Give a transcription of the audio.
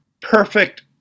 perfect